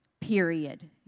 period